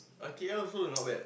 or K_L also not bad